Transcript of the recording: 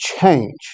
change